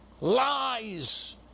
lies